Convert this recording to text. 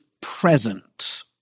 present